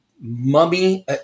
mummy